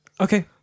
Okay